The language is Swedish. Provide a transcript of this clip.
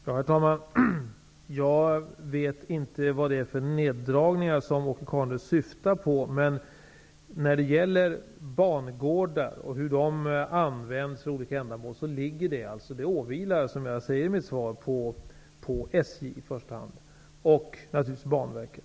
Herr talman! Jag vet inte vilka neddragningar som Åke Carnerö syftar på. Frågan om bangårdar och hur de används för olika ändamål åvilar i första hand SJ och naturligtvis Banverket.